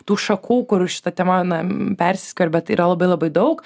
tų šakų kur šita tema na persiskverbė tai yra labai labai daug